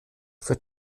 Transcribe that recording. für